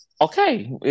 okay